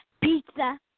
Pizza